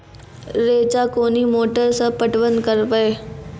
रेचा कोनी मोटर सऽ पटवन करव?